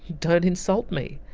don't insult me.